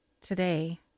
today